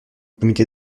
comité